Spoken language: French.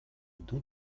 donc